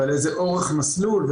ועל איזה אורך מסלול,